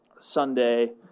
Sunday